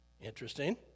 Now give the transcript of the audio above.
Interesting